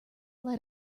led